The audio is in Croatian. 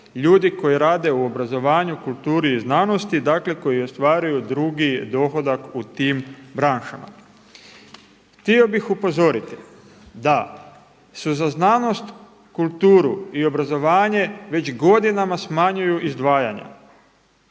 ljudi koji rade u obrazovanju, kulturi i znanosti koji ostvaruju drugi dohodak u tim branšama. Htio bih upozoriti da se za znanost, kulturu i obrazovanje već godinama smanjuju izdvajanja